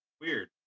Weird